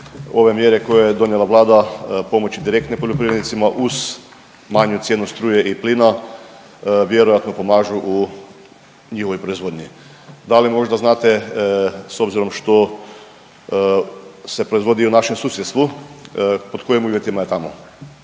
Ove mjere koje je donijela Vlada pomoći direktne poljoprivrednicima uz manju cijenu struje i plina vjerojatno pomažu u njihovoj proizvodnji. Da li možda znate s obzirom što se proizvodi i u našem susjedstvu pod kojim uvjetima je tamo?